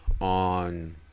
on